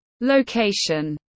location